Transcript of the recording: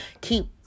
keep